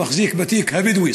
המחזיק בתיק הבדואי,